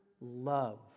love